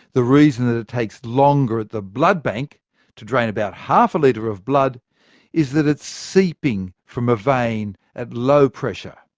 the reason that it takes longer at the blood bank to drain about half a litre of blood is that it's seeping from a vein at low pressure,